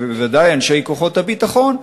ובוודאי של אנשי כוחות הביטחון,